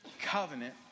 Covenant